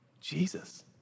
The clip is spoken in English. Jesus